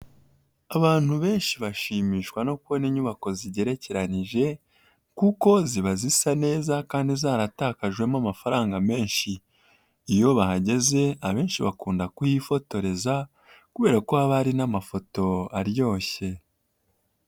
Abantu benshi bashimishwa no kubona inyubako zigerekeranyije, kuko ziba zisa neza kandi zaratakajwemo amafaranga menshi, iyo bahageze abenshi bakunda kuhifotoreza, kubera ko haba hari n'amafoto aryoshye.